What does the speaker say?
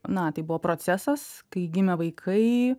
na tai buvo procesas kai gimė vaikai